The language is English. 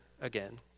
again